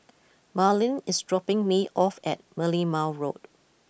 Marleen is dropping me off at Merlimau Road